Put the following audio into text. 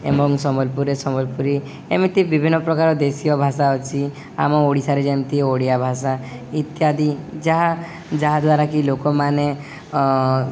ଏବଂ ସମ୍ବଲପୁରରେ ସମ୍ବଲପୁରୀ ଏମିତି ବିଭିନ୍ନ ପ୍ରକାର ଦେଶୀୟ ଭାଷା ଅଛି ଆମ ଓଡ଼ିଶାରେ ଯେମିତି ଓଡ଼ିଆ ଭାଷା ଇତ୍ୟାଦି ଯାହା ଯାହାଦ୍ୱାରା କି ଲୋକମାନେ